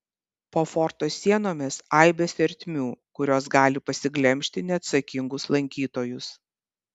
po forto sienomis aibės ertmių kurios gali pasiglemžti neatsakingus lankytojus